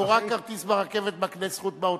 או רק כרטיס ברכבת מקנה זכות נסיעה באוטובוס?